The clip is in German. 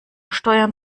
steuern